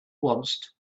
wants